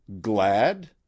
Glad